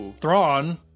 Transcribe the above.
Thrawn